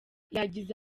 yagize